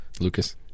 lucas